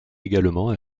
également